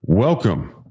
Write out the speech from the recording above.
Welcome